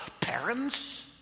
parents